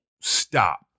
stop